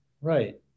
Right